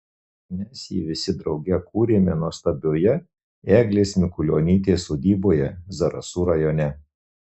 mes jį visi drauge kūrėme nuostabioje eglės mikulionytės sodyboje zarasų rajone